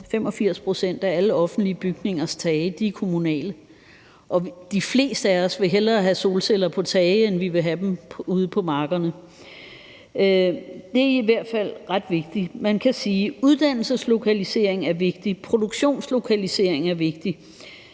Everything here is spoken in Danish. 85 pct. alle offentlige bygningers tage er kommunale, og de fleste af os vil hellere have solceller på tage, end vi vil have dem ude på markerne. Det er i hvert fald ret vigtigt. Man kan sige, at uddannelseslokalisering er vigtigt, at produktionslokalisering er vigtigt,